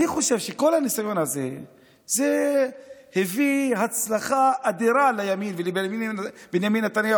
אני חושב שכל הניסיון הזה הביא הצלחה אדירה לימין ולבנימין נתניהו,